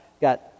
got